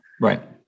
Right